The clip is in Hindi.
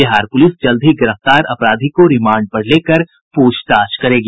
बिहार पुलिस जल्द ही गिरफ्तार आरोपी को रिमांड पर लेकर पूछताछ करेगी